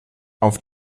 auf